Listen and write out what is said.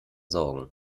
sorgen